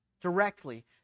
directly